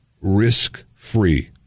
risk-free